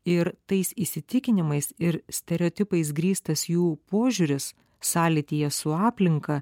ir tais įsitikinimais ir stereotipais grįstas jų požiūris sąlytyje su aplinka